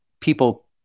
people